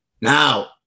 Now